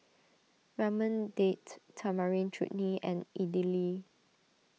Ramen Date Tamarind Chutney and Idili